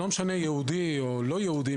לא משנה אם יהודי או לא יהודי,